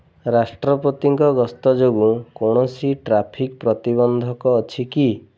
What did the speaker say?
ରାଷ୍ଟ୍ରପତିଙ୍କ ଗସ୍ତ ଯୋଗୁଁ କୌଣସି ଟ୍ରାଫିକ୍ ପ୍ରତିବନ୍ଧକ ଅଛି କି